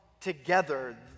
together